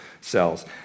Cells